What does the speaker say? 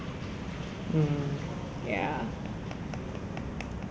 mmhmm